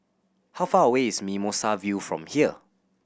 how far away is Mimosa View from here